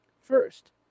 First